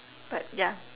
but ya